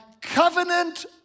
covenant